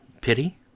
pity